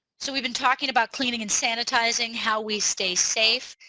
so we've been talking about cleaning and sanitizing how we stay safe.